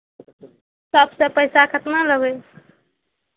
सभसँ पैसा केतना लेबै